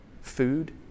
food